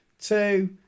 Two